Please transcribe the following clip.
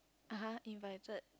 uh [huh] invited